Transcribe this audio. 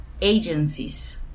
agencies